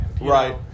Right